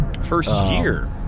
First-year